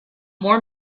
more